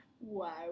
Wow